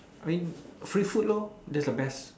I mean free food lor that's the best